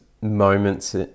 moments